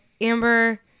amber